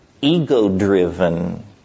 ego-driven